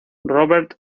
robert